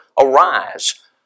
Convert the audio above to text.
arise